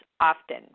often